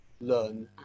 learn